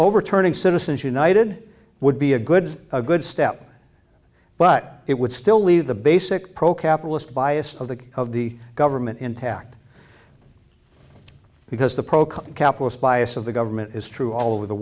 overturning citizens united would be a good a good step but it would still leave the basic pro capitalist bias of the of the government intact because the capitalist bias of the government is true all over the